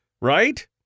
Right